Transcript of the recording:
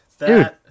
Dude